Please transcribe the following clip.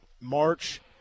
March